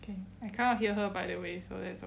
I cannot hear her by the way so that's O